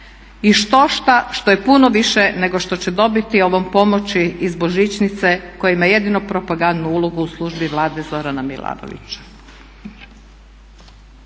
i štošta što je puno više nego što će dobiti ovom pomoći iz božićnice koje ima jedino propagandnu ulogu u službi Vlade Zorana Milanovića.